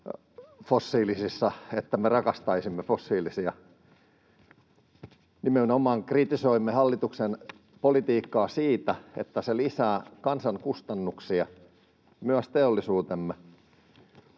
fossiilisissa emmekä me rakasta fossiilisia. Nimenomaan kritisoimme hallituksen politiikkaa siitä, että se lisää kansan kustannuksia ja myös teollisuutemme.